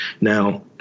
Now